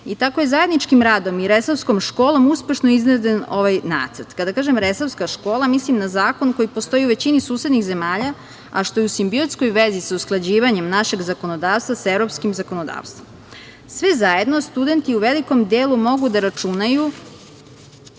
i tako je zajedničkim radom i resavskom školom uspešno izveden ovaj nacrt. Kada kažem resavska škola, mislim na zakon koji postoji u većini susednih zemalja, a što je u simbiotskoj vezi sa usklađivanjem našeg zakonodavstva sa evropskim zakonodavstvom. Svfe zajedno, studenti u velikom delu mogu da računaju